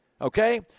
okay